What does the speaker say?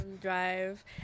drive